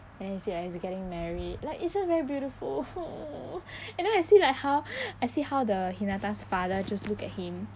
and then he said he's like getting married like it's just very beautiful and then I see like how I see how the hinata's father just look at him